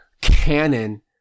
canon